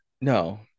No